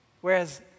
Whereas